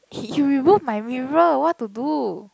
you you remove my mirror what to do